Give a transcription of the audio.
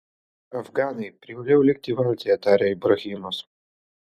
afganai privalėjai likti valtyje tarė ibrahimas